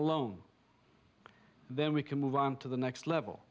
alone then we can move on to the next level